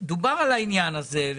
דובר על העניין הזה.